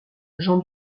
jean